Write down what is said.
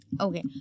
Okay